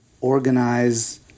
organize